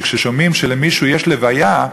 שכששומעים שלמישהו יש לוויה,